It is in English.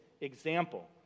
example